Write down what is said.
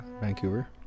Vancouver